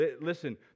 Listen